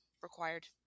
Required